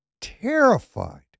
terrified